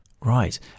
Right